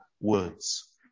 words